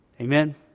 Amen